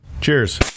cheers